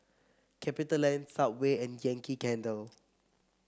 Capitaland Subway and Yankee Candle